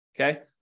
Okay